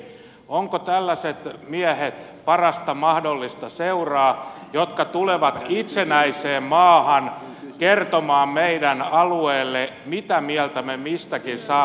ovatko tällaiset miehet parasta mahdollista seuraa jotka tulevat itsenäiseen maahan kertomaan meidän alueelle mitä mieltä me mistäkin saamme olla